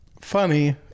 Funny